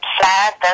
Sad